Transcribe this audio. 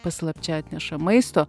paslapčia atneša maisto